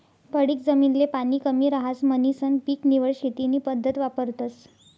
पडीक जमीन ले पाणी कमी रहास म्हणीसन पीक निवड शेती नी पद्धत वापरतस